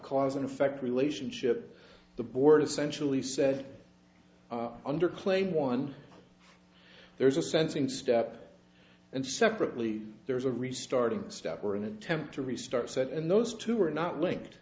cause and effect relationship the board essentially said under claim one there's a sense in step and separately there is a restarting step or an attempt to restart set and those two are not linked